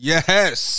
Yes